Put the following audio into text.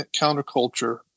counterculture